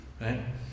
right